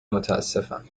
متاسفم